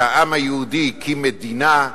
שהעם היהודי הקים מדינה,